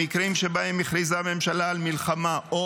במקרים שבהם הכריזה הממשלה על מלחמה או